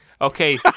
okay